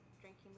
drinking